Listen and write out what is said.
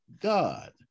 God